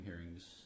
hearings